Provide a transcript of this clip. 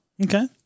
Okay